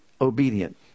obedient